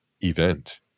event